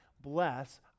bless